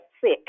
sick